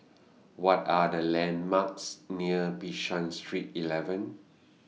What Are The landmarks near Bishan Street eleven